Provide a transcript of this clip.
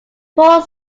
four